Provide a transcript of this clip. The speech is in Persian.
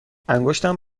انگشتم